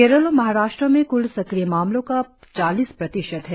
केरल और महाराष्ट्र में क्ल सक्रिय मामलों का चालीस प्रतिशत है